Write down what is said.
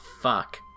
fuck